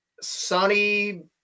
Sunny